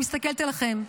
אני מסתכלת עליכם,